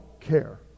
care